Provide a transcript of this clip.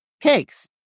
cakes